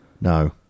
No